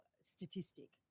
statistic